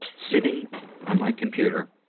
sitting on my computer